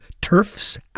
Turfs